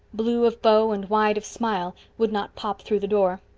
blue of bow and wide of smile, would not pop through the door.